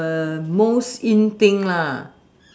the most in thing lah